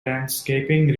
landscaping